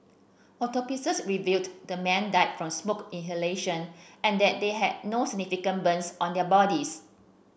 autopsies revealed the men died from smoke inhalation and that they had no significant burns on their bodies